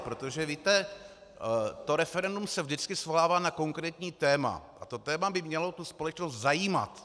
Protože víte, to referendum se vždycky svolává na konkrétní téma a to téma by mělo tu společnost zajímat.